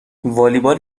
والیبال